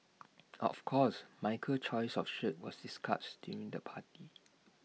of course Michael's choice of shirt was discussed during the party